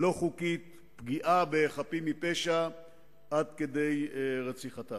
לא-חוקית, ופגיעה בחפים מפשע עד כדי רציחתם.